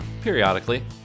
Periodically